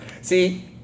See